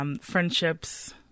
Friendships